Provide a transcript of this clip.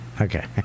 Okay